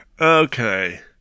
okay